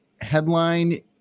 headline